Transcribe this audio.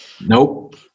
Nope